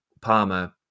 Palmer